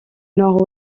nord